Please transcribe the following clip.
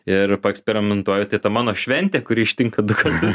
ir paeksperimentuoju tai ta mano šventė kuri ištinka du kartus